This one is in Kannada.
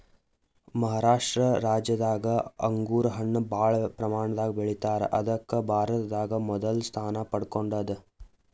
ಮಹಾರಾಷ್ಟ ರಾಜ್ಯದಾಗ್ ಅಂಗೂರ್ ಹಣ್ಣ್ ಭಾಳ್ ಪ್ರಮಾಣದಾಗ್ ಬೆಳಿತಾರ್ ಅದಕ್ಕ್ ಭಾರತದಾಗ್ ಮೊದಲ್ ಸ್ಥಾನ ಪಡ್ಕೊಂಡದ್